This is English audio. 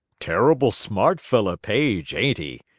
terrible smart feller, paige, ain't he?